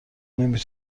نمی